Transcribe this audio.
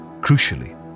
Crucially